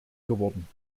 geworden